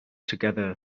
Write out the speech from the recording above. together